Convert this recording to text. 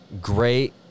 great